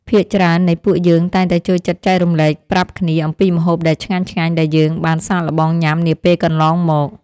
ភាគច្រើននៃពួកយើងតែងតែចូលចិត្តចែករំលែកប្រាប់គ្នាអំពីម្ហូបដែលឆ្ងាញ់ៗដែលយើងបានសាកល្បងញ៉ាំនាពេលកន្លងមក។